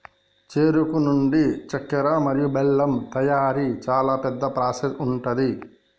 చెరుకు నుండి చెక్కర మరియు బెల్లం తయారీ చాలా పెద్ద ప్రాసెస్ ఉంటది